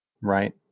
right